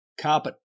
carpet